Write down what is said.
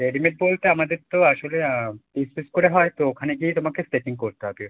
ready made বলতে আমাদের তো আসলে পিস পিস করে হয় তো ওখানে গিয়েই তোমাকে সেটিং করতে হবে